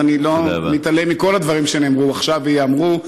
אז אני לא מתעלם מכל הדברים שנאמרו עכשיו וייאמרו,